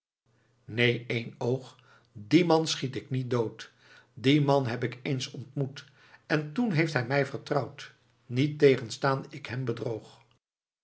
neen eenoog dien man schiet ik niet dood dien man heb ik eens ontmoet en toen heeft hij mij vertrouwd niettegenstaande ik hem bedroog